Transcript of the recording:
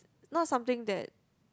not something that